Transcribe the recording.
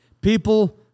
People